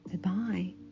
Goodbye